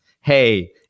Hey